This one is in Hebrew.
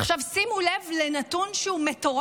עכשיו, שימו לב לנתון מטורף.